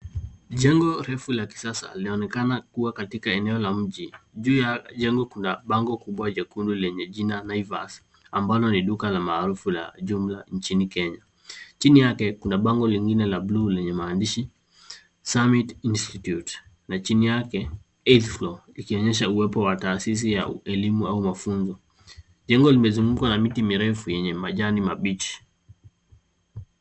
Jengo refu la kisasa linaonekana kuwa katika eneo la mji. Juu ya jengo kuna bango kubwa jekundu lenye jina Naivas ambalo ni duka la maarufu la jumla nchini Kenya. Chini yake kunabango lingine la buluu lenye maandishi summit institute na chini yake 8th floor ikionyesha uwepo wa taasisi ya elimu au mafunzo. Jengo limezungukwa na miti mirefu yenye majani mabichi.